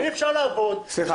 הוא יכול